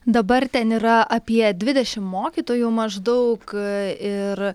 dabar ten yra apie dvidešim mokytojų maždaug ir